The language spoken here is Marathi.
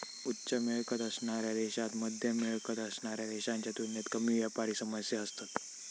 उच्च मिळकत असणाऱ्या देशांत मध्यम मिळकत असणाऱ्या देशांच्या तुलनेत कमी व्यापारी समस्या असतत